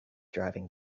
driving